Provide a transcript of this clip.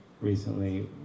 recently